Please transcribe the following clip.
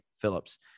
Phillips